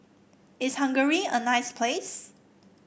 is Hungary a nice place